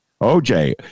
OJ